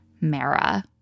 Mara